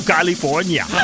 California